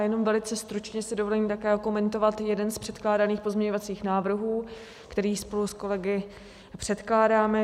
Jenom velice stručně si dovolím také okomentovat jeden z předkládaných pozměňovacích návrhů, který spolu s kolegy předkládáme.